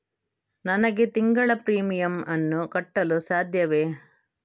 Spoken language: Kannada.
ನನಗೆ ತಿಂಗಳ ಪ್ರೀಮಿಯಮ್ ಅನ್ನು ಕಟ್ಟಲು ಸಾಧ್ಯವೇ?